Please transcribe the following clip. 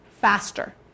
faster